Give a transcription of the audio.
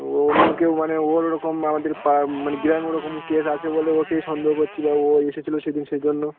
ও অন্য কেউ মানে ও ওরকম আমাদের পাড়ার মানে গ্রামে ওই রকম কেস আছে বলে ওকেই সন্দেহ করছিলো ও এসেছিলো সেদিন সেই জন্য